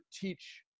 teach